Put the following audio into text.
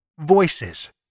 Voices